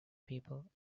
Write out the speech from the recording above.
people